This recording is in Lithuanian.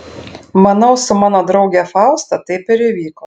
manau su mano drauge fausta taip ir įvyko